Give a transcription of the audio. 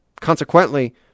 Consequently